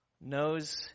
knows